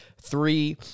three